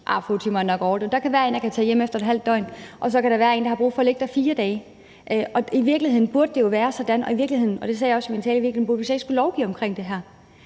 er nok overdrevet – eller efter et halvt døgn, og så kan der være en, der har brug for at ligge der 4 dage. I virkeligheden burde det jo være sådan, og det sagde jeg også i min tale, at vi slet ikke skulle lovgive om det her.